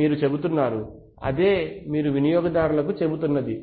మీరు చెబుతున్నారు అదే మీరు వినియోగదారుకు చెబుతున్నది